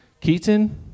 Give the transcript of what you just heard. Keaton